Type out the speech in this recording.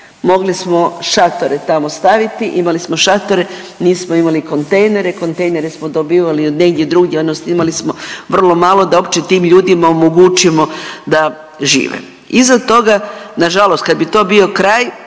mogli smo šatore tamo staviti, imali smo šatore. Nismo imali kontejnere, kontejnere smo dobivali od negdje drugdje odnosno imali smo vrlo malo da uopće tim ljudima omogućimo da žive. Iza toga nažalost kad bi to bio kraj